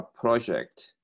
project